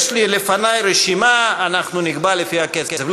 יש לפני רשימה, אנחנו נקבע לפי הקצב.